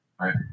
Right